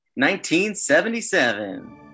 1977